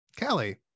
Callie